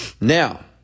Now